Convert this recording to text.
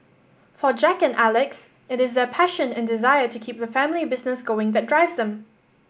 for Jack and Alex it is their passion and desire to keep the family business going that drives them